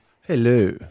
Hello